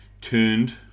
turned